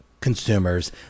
consumers